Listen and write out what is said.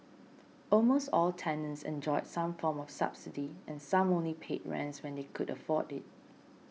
almost all tenants enjoyed some form of subsidy and some only paid rents when they could afford it